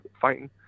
fighting